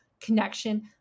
connection